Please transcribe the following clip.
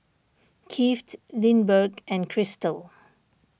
Kieth Lindbergh and Krystle